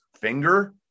finger